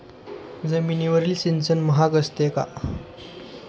जमिनीवरील सिंचन महाग असते का?